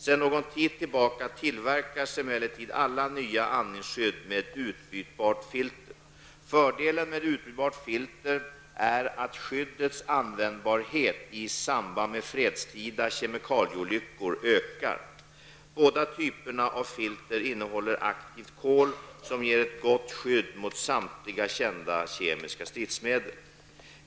Sedan någon tid tillbaka tillverkas emellertid alla nya andningsskydd med utbytbart filter. Fördelen med utbytbart filter är att skyddets användbarhet i samband med fredstida kemikalieolyckor ökar. Båda typerna av filter innehåller aktivt kol som ger ett gott skydd mot samtliga kända kemiska stridsmedel.